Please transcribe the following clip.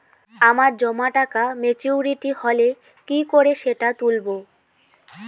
আমার জমা টাকা মেচুউরিটি হলে কি করে সেটা তুলব?